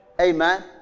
Amen